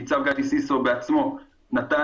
ניצב גדי סיסו בעצמו נתן